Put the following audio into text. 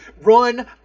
run